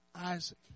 Isaac